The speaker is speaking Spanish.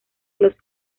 los